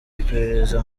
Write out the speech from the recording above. iperereza